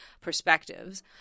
perspectives